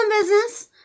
business